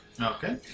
Okay